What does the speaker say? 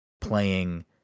playing